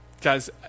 guys